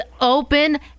open